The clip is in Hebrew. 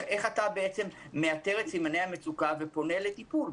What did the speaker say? בעצם מאתר את סימני המצוקה ופונה לטיפול.